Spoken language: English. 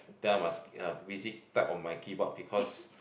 then I must uh busy type on my keyboard because